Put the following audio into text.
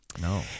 No